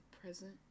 present